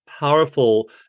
powerful